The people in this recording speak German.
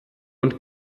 und